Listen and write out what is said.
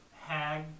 hag